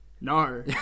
No